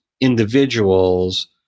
individuals